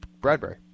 Bradbury